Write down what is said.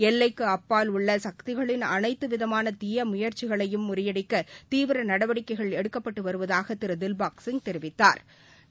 எல்லைக்குஆப்பால் உள்ளசக்திகளின் அனைததுவிதமானதீயமுயற்சிகளையும் முறியடிக்கதீவிரநடவடிக்கைகள் எடுக்கப்பட்டுவருவதாகதிருதில்பாக் சிங் தெரிவித்தாா்